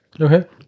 Okay